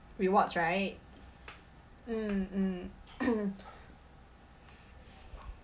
rewards right mm mm